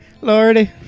Lordy